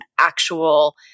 actual